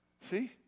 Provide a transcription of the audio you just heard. See